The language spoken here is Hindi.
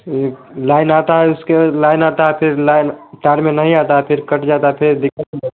लाइन आती है उसकी लाइन आती है फ़िर लाइन है तार में नहीं आता है फ़िर कट जाता फ़िर दिक्कत